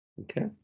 Okay